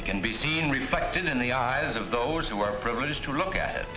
it can be seen reflected in the eyes of those who are privileged to look at